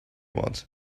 want